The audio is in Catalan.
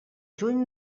juny